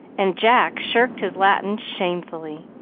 and jack shirked his latin shamefully.